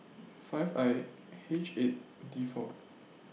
five I H eight D four